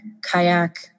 Kayak